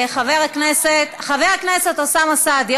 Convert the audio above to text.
חבר הכנסת אוסאמה סעדי,